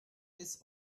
bis